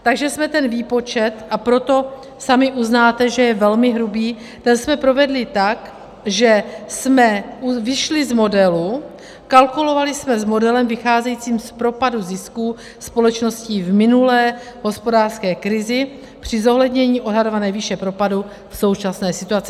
Takže jsme ten výpočet, a proto sami uznáte, že je velmi hrubý, ten jsme provedli tak, že jsme vyšli z modelu, kalkulovali jsme s modelem vycházejícím z propadu zisků společností v minulé hospodářské krizi při zohlednění odhadované výše propadu v současné situaci.